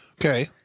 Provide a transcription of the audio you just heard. Okay